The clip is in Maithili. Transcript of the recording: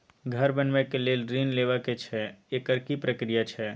घर बनबै के लेल ऋण लेबा के छै एकर की प्रक्रिया छै?